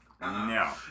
No